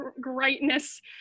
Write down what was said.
greatness